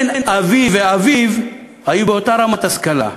כן, אבי ואביו היו באותה רמת השכלה.